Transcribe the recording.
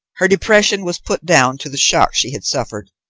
her depression was put down to the shock she had suffered,